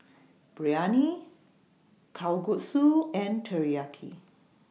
Biryani Kalguksu and Teriyaki